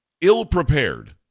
ill-prepared